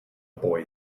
boy